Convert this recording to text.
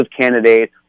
candidate